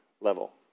level